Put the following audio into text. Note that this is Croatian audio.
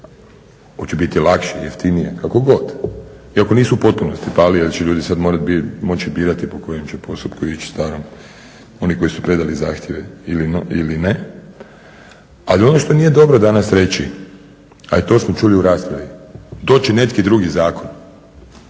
hoće biti lakše, jeftinije kakogod. Iako nisu u potpunosti pali jer će ljudi moći sada birati po kojem će postupku ići starom oni koji su predali zahtjeve ili ne. Ali ono što nije dobro danas reći a i to smo čuli u raspravi, to će neki drugi zakon,